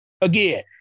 Again